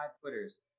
Twitter's